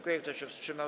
Kto się wstrzymał?